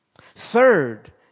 Third